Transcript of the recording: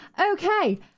Okay